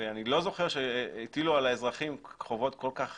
ואני לא זוכר הטילו על האזרחים חובות כל כך